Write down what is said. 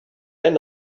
end